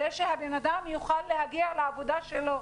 זה שהבנאדם יוכל להגיע לעבודה שלו,